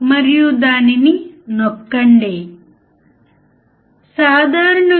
మనం ఏ ప్రయోగాలు చేయబోతున్నామో అర్థం చేసుకుందాం